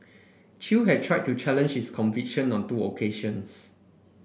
Chew had tried to challenge his conviction on two occasions